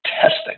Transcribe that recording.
testing